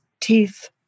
teeth